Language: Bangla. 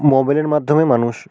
মোবাইলের মাধ্যমে মানুষ